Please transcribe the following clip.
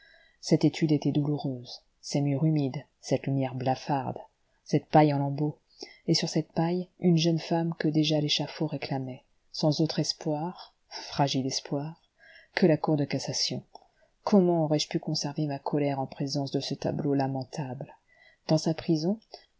cette étude était douloureuse ces murs humides cette lumière blafarde cette paille en lambeaux et sur cette paille une jeune femme que déjà l'échafaud réclamait sans autre espoir fragile espoir que la cour de cassation comment aurais-je pu conserver ma colère en présence de ce tableau lamentable dans sa prison